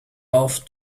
auf